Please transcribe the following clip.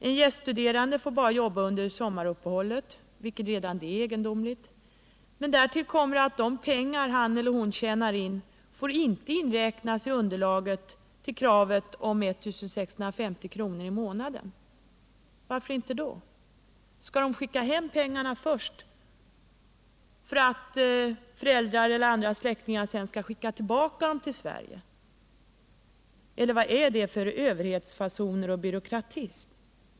En gäststuderande får bara jobba under sommaruppehållet — vilket redan det är egendomligt — men därtill kommer att de pengar han eller hon tjänar in inte får inräknas i underlaget till kravet om 1 650 kr. i månaden. Varför inte det? Skall de skicka hem pengarna först för att föräldrar eller andra släktingar sedan skall skicka tillbaka dem till Sverige, eller vad är detta för överhetsfasoner och byråkratism?